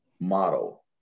model